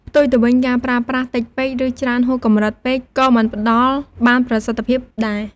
ផ្ទុយទៅវិញ ការប្រើប្រាស់តិចពេក ឬច្រើនហួសកម្រិតពេកក៏មិនផ្ដល់បានប្រសិទ្ធភាពដែរ។